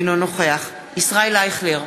אינו נוכח ישראל אייכלר,